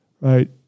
right